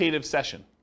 session